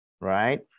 right